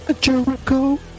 Jericho